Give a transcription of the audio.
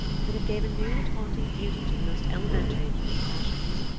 that it gave a new and haunting beauty to the most elementary of human passions.